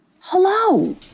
hello